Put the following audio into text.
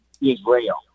Israel